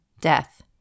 death